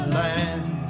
land